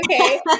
okay